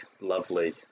lovely